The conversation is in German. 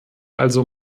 also